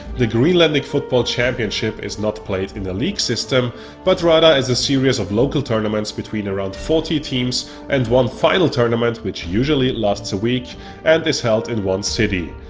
the greenlandic football championship is not played in the league system but rather as a series of local tournaments between around forty teams and one final tournament, which usually lasts a week and is held in one city.